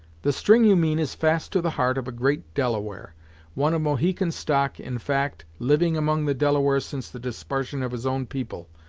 the string you mean is fast to the heart of a great delaware one of mohican stock in fact, living among the delawares since the disparsion of his own people,